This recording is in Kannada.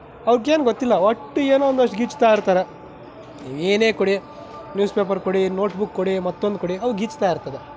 ಅವ್ರಿಗೇನು ಗೊತ್ತಿಲ್ಲ ಒಟ್ಟು ಏನೋ ಒಂದಷ್ಟು ಗೀಚ್ತಾಯಿರ್ತಾರೆ ಏನೇ ಕೊಡಿ ನ್ಯೂಸ್ ಪೇಪರ್ ಕೊಡಿ ನೋಟ್ ಬುಕ್ ಕೊಡಿ ಮತ್ತೊಂದು ಕೊಡಿ ಅವು ಗೀಚ್ತಾಯಿರ್ತದೆ